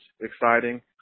exciting